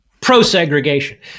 pro-segregation